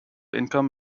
income